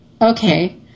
Okay